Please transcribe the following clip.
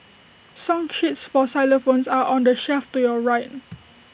song sheets for xylophones are on the shelf to your right